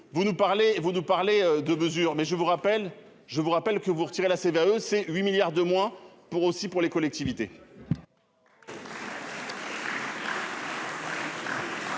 vous nous parlez de mesures mais je vous rappelle, je vous rappelle que vous retirez la CVAE c'est 8 milliards de moins pour aussi pour les collectivités.